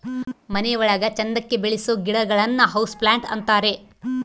ಮನೆ ಒಳಗ ಚಂದಕ್ಕೆ ಬೆಳಿಸೋ ಗಿಡಗಳನ್ನ ಹೌಸ್ ಪ್ಲಾಂಟ್ ಅಂತಾರೆ